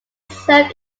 served